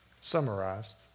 summarized